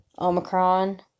Omicron